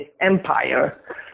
empire